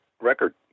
record